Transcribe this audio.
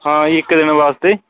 ਹਾਂ ਜੀ ਇੱਕ ਦਿਨ ਵਾਸਤੇ